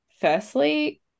firstly